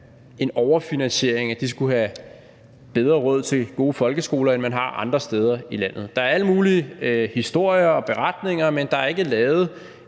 en overfinansiering, og at de skulle have bedre råd til gode folkeskoler, end man har andre steder i landet. Der er alle mulige historier og beretninger, men der er ikke lavet